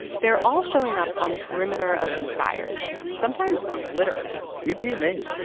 they're all showing up on the perimeter of these fires, sometimes literally you'd be amazed.